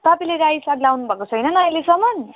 तपाईँले रायो साग लाउनु भएको छैन अहिलेसम्म